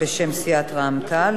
בשם סיעת רע"ם-תע"ל,